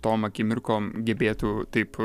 tom akimirkom gebėtų taip